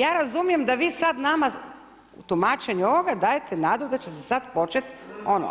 Ja razumijem da vi sad nama u tumačenju ovoga dajete nadu da će se sad početi,